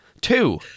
Two